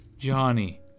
Johnny